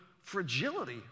Fragility